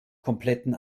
kompletten